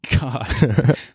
God